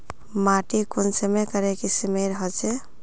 माटी कुंसम करे किस्मेर होचए?